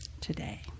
today